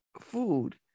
food